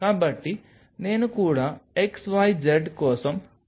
కాబట్టి నేను కూడా xyz కోసం సౌకర్యంగా ఉన్నాను